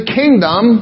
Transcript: kingdom